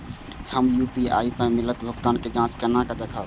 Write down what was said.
हम यू.पी.आई पर मिलल भुगतान के जाँच केना देखब?